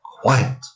quiet